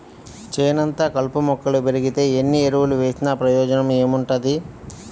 చేనంతా కలుపు మొక్కలు బెరిగితే ఎన్ని ఎరువులు వేసినా ప్రయోజనం ఏముంటది